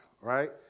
right